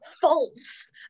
False